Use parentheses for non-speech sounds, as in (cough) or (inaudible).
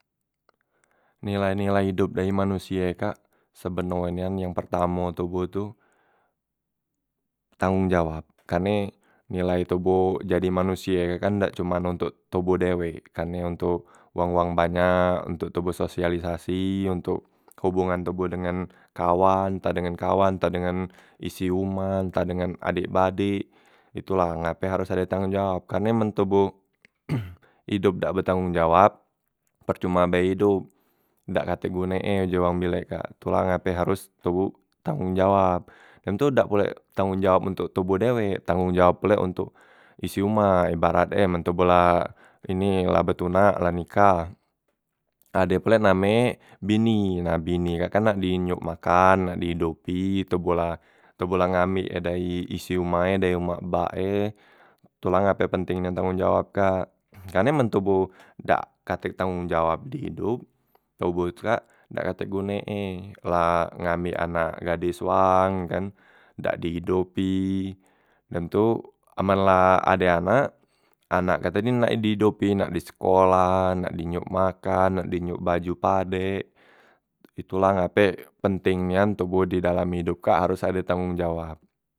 Nilai- nilai idop dai manusie kak sebenonye ni yang pertamo toboh tu, tanggong jawab karne nilai toboh jadi manusie ni kan dak cuma untok toboh dewek karne untok wong- wong banyak, untok toboh sosialisasi, untok hobongan toboh dengan kawan ntah dengan kawan, ntah dengan isi umah, ntah dengan adek badek, itula ngape harus ade tanggong jawab karne amen toboh (noise) idop dak betanggong jawab, percuma be idop dak tek gune e uji wang bilek kak tula ngape harus toboh tanggong jawab, dem tu dak pule tanggong jawab untok toboh dewek, tanggong jawab pule untok isi umah, ibarat e men toboh la ini la betunak la nikah ade pule name e bini, nah bini kak kan nak di njok makan, nak di idopi toboh la ngambek, toboh la ngambek e dai isi umah e dai mak bak e, tula ngape penting nia tanggong jawab kak, karne men toboh dak katek tanggong jawab e toboh kak dak tek gune e, la ngambek anak gades wang kan, dak di idopi, dem tu amen la ade anak, anak kite ni nak di idopi nak di sekolah, nak di njok makan, nak di njok baju padek. Itula ngape penteng nian toboh di dalam idop kak harus ade tanggong jawab.